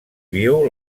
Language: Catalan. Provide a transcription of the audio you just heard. viu